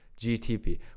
GTP